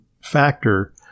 factor